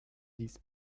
dies